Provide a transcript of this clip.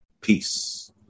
Peace